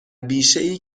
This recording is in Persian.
بیشهای